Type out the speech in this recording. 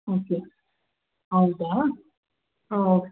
okay ಹೌದಾ ಓಹ್